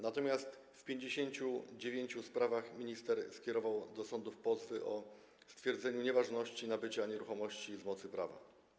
Natomiast w 59 sprawach minister skierował do sądów pozwy o stwierdzenie nieważności nabycia nieruchomości w mocy prawa.